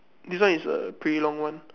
this one is a pretty long one